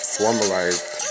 formalized